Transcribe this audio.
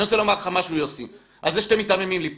אני רוצה לומר לך משהו יוסי על זה שאתם מיתממים לי פה.